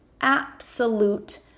absolute